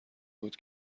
بود